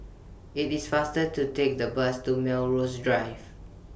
IT IS faster to Take The Bus to Melrose Drive